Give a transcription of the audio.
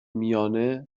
میانه